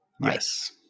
Yes